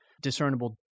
discernible